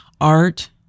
art